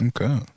Okay